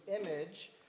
image